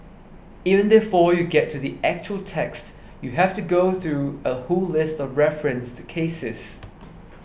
even before you get to the actual text you have to go through a whole list of referenced cases